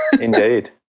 indeed